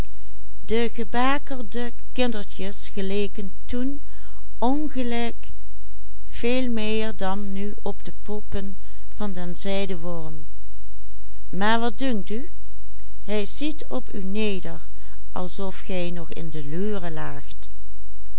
veel meer dan nu op de poppen van den zijdeworm maar wat dunkt u hij ziet op u neder alsof gij nog in de